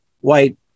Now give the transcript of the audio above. white